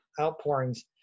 outpourings